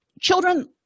Children